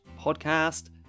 podcast